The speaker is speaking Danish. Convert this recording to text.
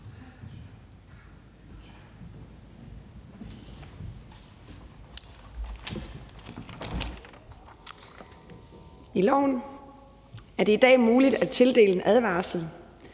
loven er det i dag muligt at tildele en advarsel,